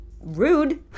rude